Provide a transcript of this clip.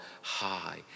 high